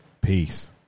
Peace